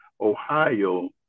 Ohio